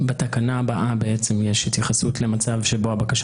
בתקנה הבאה יש התייחסות למצב שבו הבקשה